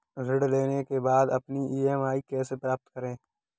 ऋण लेने के बाद अपनी ई.एम.आई कैसे पता करें?